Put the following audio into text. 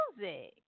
music